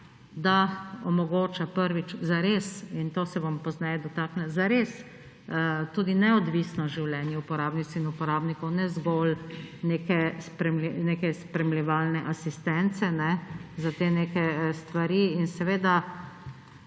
da omogoča, prvič – in tega se bom pozneje dotaknila –, zares tudi neodvisno življenje uporabnic in uporabnikov; ne zgolj neke spremljevalne asistence za te neke stvari. In seveda